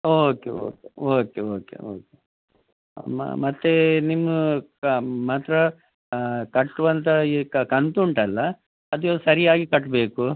okay okay okay okay okay ಮತ್ತು ನಿಮ್ಮ ಮಾತ್ರ ಕಟ್ಟುವಂಥ ಈ ಕಂತು ಉಂಟಲ್ಲ ಅದು ಸರಿಯಾಗಿ ಕಟ್ಟಬೇಕು